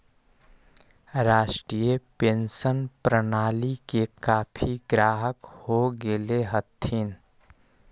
राष्ट्रीय पेंशन प्रणाली के काफी ग्राहक हो गेले हथिन